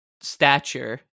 stature